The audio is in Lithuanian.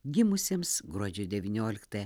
gimusiems gruodžio devynioliktąją